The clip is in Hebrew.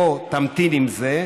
בוא, תמתין עם זה.